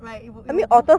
like it will move